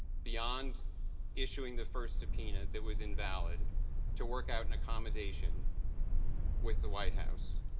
beyond issuing the first subpoena that was invalid to work out an accommodation with the white house